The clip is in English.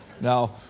Now